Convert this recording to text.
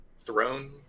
throne